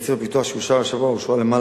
בתקציב הפיתוח שאושר השבוע אושרו למעלה